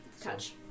touch